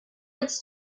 it’s